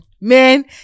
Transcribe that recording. Man